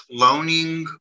cloning